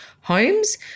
homes